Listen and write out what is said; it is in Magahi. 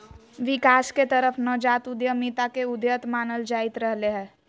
विकास के तरफ नवजात उद्यमिता के उद्यत मानल जाईंत रहले है